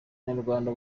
abanyarwanda